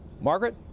Margaret